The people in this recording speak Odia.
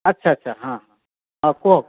ଆଚ୍ଛା ଆଚ୍ଛା ହଁ ହଁ ହଁ କୁହ